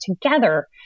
together